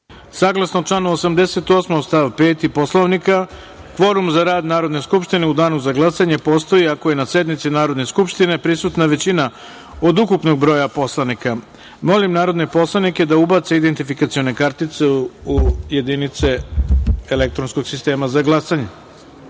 kvorum. Saglasno članu 88. stav 5. Poslovnika, kvorum za rad Narodne skupštine u danu za glasanje postoji ako je na sednici Narodne skupštine prisutna većina od ukupnog broja poslanika. Molim narodne poslanike da ubace identifikacione kartice u jedinice elektronskog sistema za